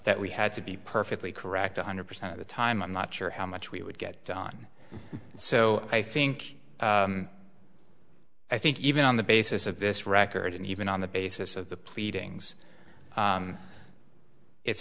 that we had to be perfectly correct one hundred percent of the time i'm not sure how much we would get done so i think i think even on the basis of this record and even on the basis of the pleadings it's